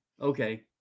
okay